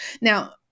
Now